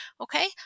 Okay